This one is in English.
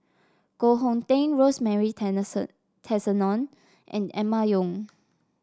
Koh Hong Teng Rosemary Tessensohn and Emma Yong